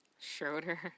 Schroeder